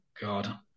God